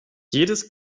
jedes